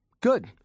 Good